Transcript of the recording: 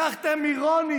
תן כתובת, אני רוצה לצלצל.